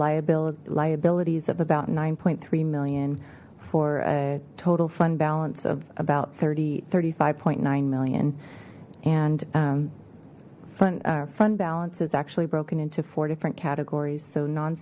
liability liabilities of about nine three million for a total fund balance of about thirty thirty five point nine million and front fund balance is actually broken into four different categories so non